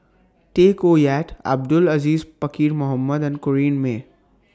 Tay Koh Yat Abdul Aziz Pakkeer Mohamed and Corrinne May